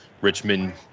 Richmond